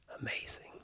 Amazing